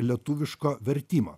lietuviško vertimo